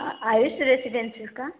Ayush Residencies का